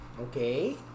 Okay